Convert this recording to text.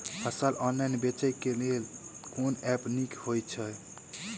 फसल ऑनलाइन बेचै केँ लेल केँ ऐप नीक होइ छै?